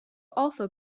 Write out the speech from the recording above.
also